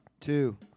two